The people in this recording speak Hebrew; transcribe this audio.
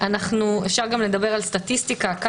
אפשר גם לדבר על סטטיסטיקה ומספרים,